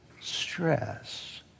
stress